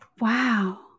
Wow